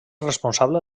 responsable